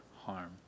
harm